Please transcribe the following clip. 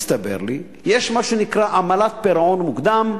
הסתבר לי שיש מה שנקרא "עמלת פירעון מוקדם"